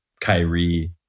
Kyrie